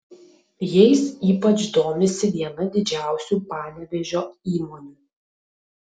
jais ypač domisi viena didžiausių panevėžio įmonių